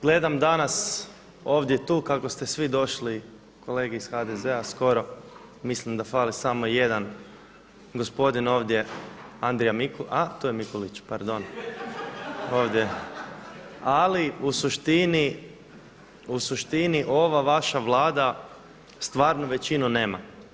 Gledam danas ovdje tu kako ste svi došli kolege iz HDZ-a skoro, mislim da fali samo jedan gospodin ovdje Andrija Mikulić, a tu je Mikulić, pardon, ovdje je, ali u suštini ova vaša Vlada stvarnu većinu nema.